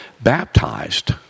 baptized